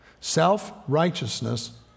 Self-righteousness